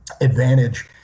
advantage